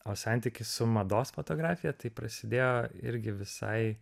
o santykis su mados fotografija tai prasidėjo irgi visai